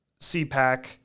CPAC